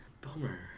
Bummer